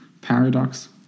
paradox